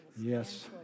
Yes